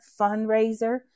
fundraiser